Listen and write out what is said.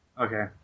Okay